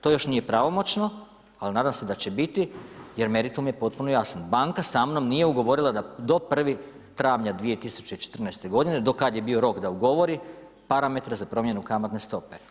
To još nije pravomoćno ali nadam se da će biti jer meritum je potpuno jasan, banka sa mnom nije ugovorila do 1. travnja 2014. godine, do kad je bio rok da ugovori parametre za promjenu kamatne stope.